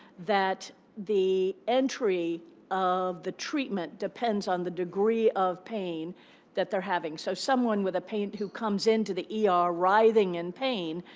that the entry of the treatment depends on the degree of pain that they're having. so someone with a pain who comes into the er ah writhing in pain